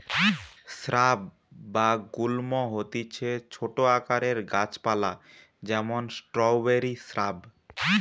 shrub বা গুল্ম হতিছে ছোট আকারের গাছ পালা যেমন স্ট্রওবেরি শ্রাব